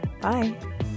bye